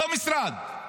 אותו משרד,